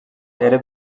era